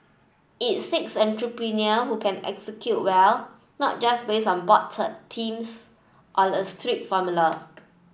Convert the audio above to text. it seeks entrepreneur who can execute well not just based on broad themes or a strict formula